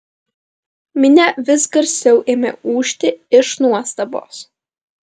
minia vis garsiau ėmė ūžti iš nuostabos